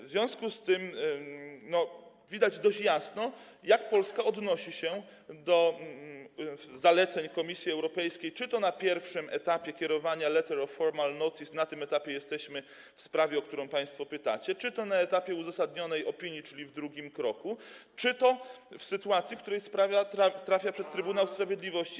W związku z tym widać dość jasno, jak Polska odnosi się do zaleceń Komisji Europejskiej czy to na pierwszym etapie kierowania, letter of formal notice - na tym etapie jesteśmy w przypadku sprawy, o którą państwo pytacie, czy to na etapie uzasadnionej opinii, czyli w drugim kroku, czy to w sytuacji, w której sprawa trafia przed Trybunał Sprawiedliwości.